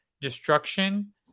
destruction